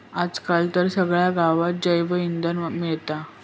आज काल तर सगळ्या गावात जैवइंधन मिळता